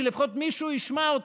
שלפחות מישהו ישמע אותם,